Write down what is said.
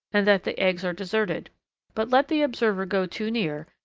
and that the eggs are deserted but let the observer go too near,